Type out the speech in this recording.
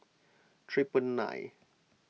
triple nine